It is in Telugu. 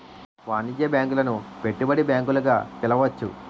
వాణిజ్య బ్యాంకులను పెట్టుబడి బ్యాంకులు గా పిలవచ్చు